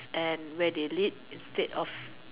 then when they lead instead of